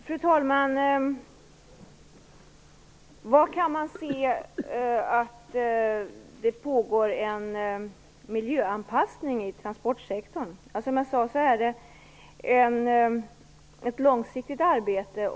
Fru talman! Hur kan man se att det pågår en miljöanpassning i transportsektorn? Som jag sade är det ett långsiktigt arbete.